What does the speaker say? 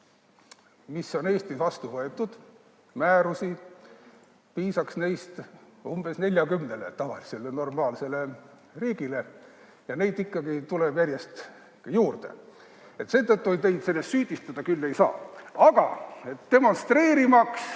mis on Eestis vastu võetud, määrusi, piisaks neist umbes 40 tavalisele, normaalsele riigile. Ja neid tuleb järjest juurde. Seetõttu teid selles süüdistada küll ei saa. Aga demonstreerimaks,